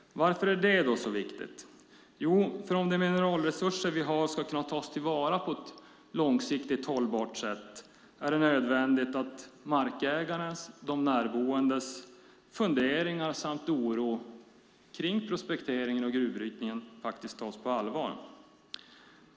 Varför är det då så viktigt? Jo, därför att om de mineralresurser som vi har ska kunna tas till vara på ett långsiktigt hållbart sätt är det nödvändigt att markägarens och de närboendes funderingar samt oro kring prospekteringen och gruvbrytningen tas på allvar.